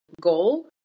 goal